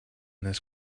this